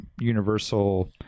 universal